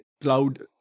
cloud